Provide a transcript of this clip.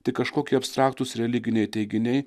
tik kažkokie abstraktūs religiniai teiginiai